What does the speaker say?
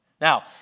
Now